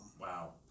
Wow